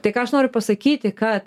tai ką aš noriu pasakyti kad